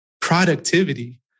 productivity